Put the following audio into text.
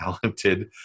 talented